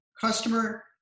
customer